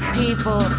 people